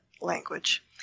language